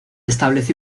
estableció